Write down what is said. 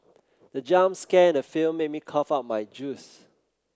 the jump scare in the film made me cough out my juice